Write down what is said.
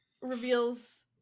reveals